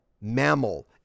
mammal